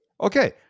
Okay